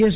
S